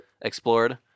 explored